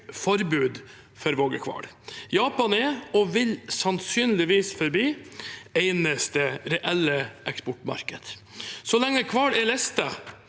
importforbud for vågehval. Japan er – og vil sannsynligvis forbli – det eneste reelle eksportmarkedet. Så lenge hval er listet,